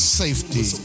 safety